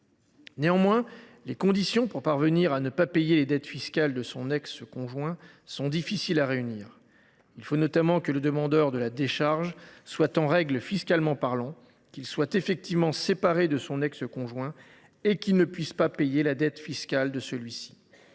Néanmoins, les conditions pour parvenir à ne pas payer les dettes fiscales de son ex conjoint sont difficiles à réunir. Il faut notamment que le demandeur de la décharge soit en règle fiscalement parlant, qu’il soit effectivement séparé de son ex conjoint et qu’il ne puisse pas payer la dette fiscale de celui ci.